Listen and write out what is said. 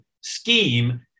scheme